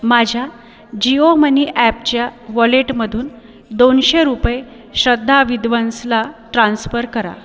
माझ्या जिओ मनी ॲपच्या वॉलेटमधून दोनशे रुपये श्रद्धा विद्वंसला ट्रान्स्पर करा